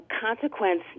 consequence